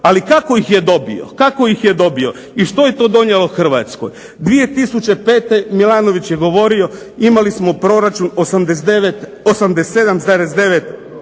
Ali kako ih je dobio i što je to donijelo Hrvatskoj? 2005. Milanović je govorio imali smo proračun 87,9